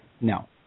No